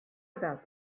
about